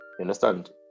understand